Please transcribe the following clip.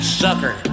sucker